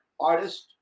artist